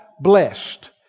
blessed